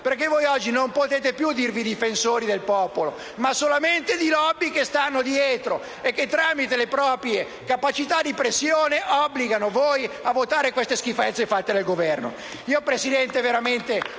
Voi oggi non potete più dirvi difensori del popolo, ma solamente di *lobby* che vi stanno dietro e che, tramite le proprie capacità di pressione, vi obbligano a votare queste schifezze fatte dal Governo.